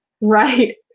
right